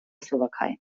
slowakei